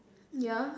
ya